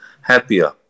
happier